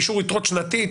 אישור יתרות שנתי,